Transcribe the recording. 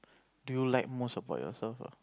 do you like most about yourself ah